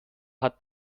hat